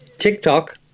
TikTok